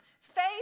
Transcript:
Faith